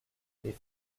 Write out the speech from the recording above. les